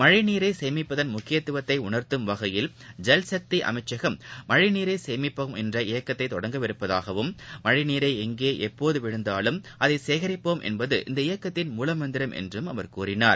மழழநீரை சேமிப்பதன் முக்கியத்துவத்தை உணர்த்தும்வகையில் ஜல்சக்தி அமைச்சகம் மழழநீரை சேமிப்போம் என்ற இயக்கத்தை தொடங்கவிரப்பதாகவும் மழைநீர் எங்கே எப்போது விழுந்தாலும் அதை சேகரிப்போம் என்பது இந்த இயக்கத்தின் மூலமந்திரம் என்றும் அவர் கூறினார்